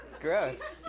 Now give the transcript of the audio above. Gross